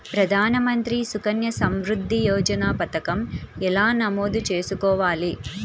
ప్రధాన మంత్రి సుకన్య సంవృద్ధి యోజన పథకం ఎలా నమోదు చేసుకోవాలీ?